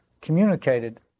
communicated